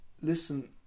listen